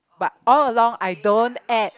but all along I don't add